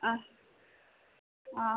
ஆ ஆ